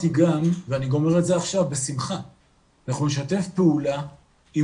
להבין שדברים לא נעשים בצעקות ולא בלחיצת כפתור אלא בעבודת